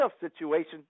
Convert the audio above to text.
situation